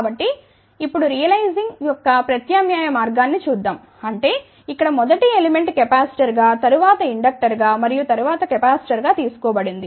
కాబట్టి ఇప్పుడు రియలైజింగ్ యొక్క ప్రత్యామ్నాయ మార్గాన్ని చూద్దాం అంటే ఇక్కడ మొదటి ఎలిమెంట్ కెపాసిటర్గా తరువాత ఇండక్టర్ గా మరియు తరువాత కెపాసిటర్గా తీసుకోబడింది